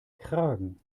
kragen